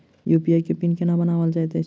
UPI केँ pin केना बनायल जाइत अछि